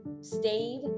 stayed